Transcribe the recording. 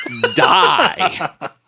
die